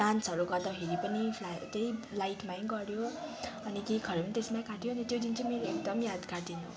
डान्सहरू गर्दाखेरि पनि फ्ला त्यही लाइटमै गऱ्यो अनि केकहरू पनि त्यसमै काट्यो अनि त्यो दिन चाहिँ मेरो एकदम यादगार दिन